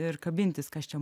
ir kabintis kas čia